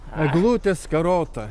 eglutė skarota